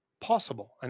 Possible